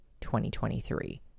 2023